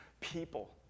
people